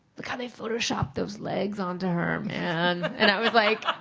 look how they photoshopped those legs onto her man. and i was like,